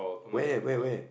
where where where